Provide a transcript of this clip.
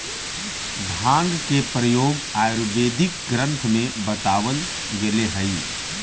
भाँग के प्रयोग आयुर्वेदिक ग्रन्थ में बतावल गेलेऽ हई